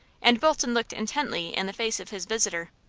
and bolton looked intently in the face of his visitor.